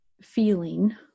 feeling